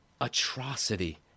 atrocity